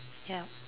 ya